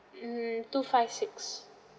hmm two five six